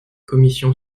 commission